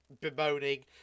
bemoaning